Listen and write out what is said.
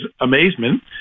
amazement